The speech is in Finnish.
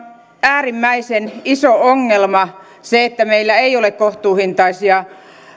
äärimmäisen iso ongelma että meillä ei ole kohtuuhintaisia